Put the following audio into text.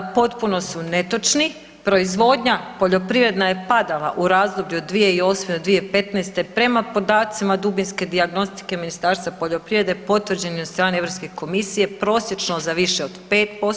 Potpuno su netočni, proizvodnja poljoprivredna je padala u razdoblju od 2008. do 2015. prema podacima dubinske dijagnostike Ministarstva poljoprivrede potvrđenim od strane Europske komisije prosječno za više od 5%